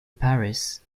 paris